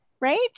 Right